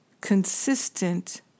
consistent